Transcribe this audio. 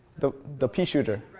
the the pea shooter.